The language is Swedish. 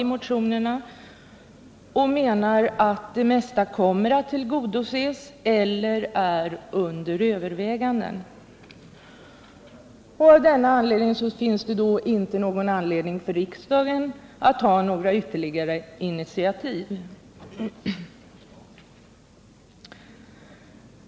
Utskottet menar att det mesta kommer att tillgodoses eller är under överväganden. Därför skulle det inte finnas någon anledning för riksdagen att ta några initiativ.